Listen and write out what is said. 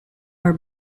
are